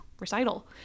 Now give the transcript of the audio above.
recital